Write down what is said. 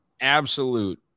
absolute